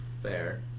Fair